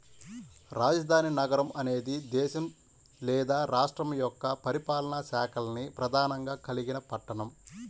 రాజధాని నగరం అనేది దేశం లేదా రాష్ట్రం యొక్క పరిపాలనా శాఖల్ని ప్రధానంగా కలిగిన పట్టణం